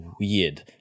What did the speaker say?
weird